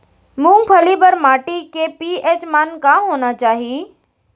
मूंगफली बर माटी के पी.एच मान का होना चाही?